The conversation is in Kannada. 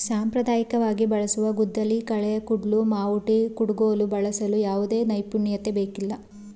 ಸಾಂಪ್ರದಾಯಿಕವಾಗಿ ಬಳಸುವ ಗುದ್ದಲಿ, ಕಳೆ ಕುಡ್ಲು, ಮಾವುಟಿ, ಕುಡುಗೋಲು ಬಳಸಲು ಯಾವುದೇ ನೈಪುಣ್ಯತೆ ಬೇಕಿಲ್ಲ